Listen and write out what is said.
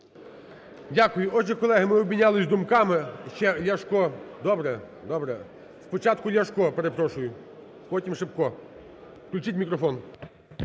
Дякую. Отже, колеги, ми обмінялися думками. Ще Ляшко, добре, добре. Спочатку Ляшко, перепрошую, потім – Шипко. Включіть мікрофон.